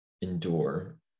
endure